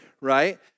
right